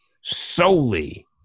solely